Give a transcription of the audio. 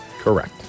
Correct